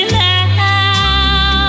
now